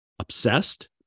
obsessed